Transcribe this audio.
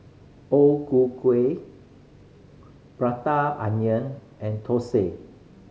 O Ku Kueh Prata Onion and thosai